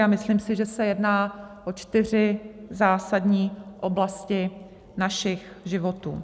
A myslím si, že se jedná o čtyři zásadní oblasti našich životů.